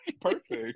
perfect